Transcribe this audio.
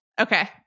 Okay